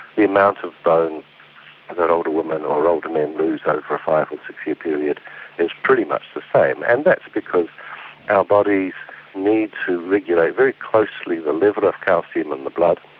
the amount of bone that older women or older men lose over a five or six year period is pretty much the same, and that's because our bodies need to regulate very closely the level of calcium in the blood.